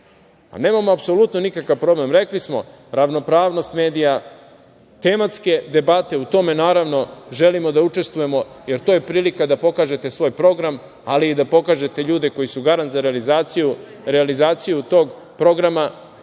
Nemamo apsolutno nikakav problem. Rekli smo – ravnopravnost medija. Tematske debate, u tome, naravno, želimo da učestvujemo, jer to je prilika da pokažete svoj program, ali i da pokažete ljudi koji su garant za realizaciju tog programa. Naravno,